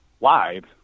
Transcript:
live